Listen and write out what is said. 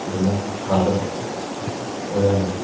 ꯑꯗꯨꯅ ꯊꯥꯗꯕ ꯑꯣꯏꯔꯝꯒꯅꯤ